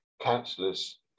councillors